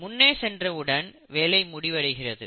முன்னே சென்ற உடன் வேலை முடிவடைகிறது